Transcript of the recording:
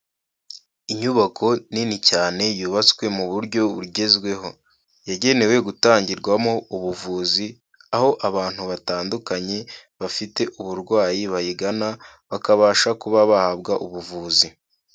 Inyubako nini cyane yubatswe mu buryo bugezweho, yagenewe gutangirwamo ubuvuzi aho abantu batandukanye bafite uburwayi bayigana bakabasha kuba bahabwa ubuvuzi.